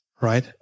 right